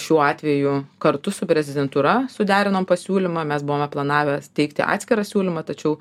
šiuo atveju kartu su prezidentūra suderinome pasiūlymą mes buvome planavę steigti atskirą siūlymą tačiau